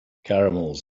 caramels